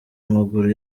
amaguru